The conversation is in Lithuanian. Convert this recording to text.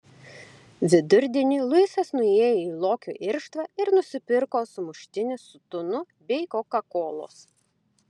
vidurdienį luisas nuėjo į lokio irštvą ir nusipirko sumuštinį su tunu bei kokakolos